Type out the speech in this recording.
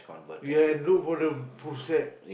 you can look for the full set